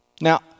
Now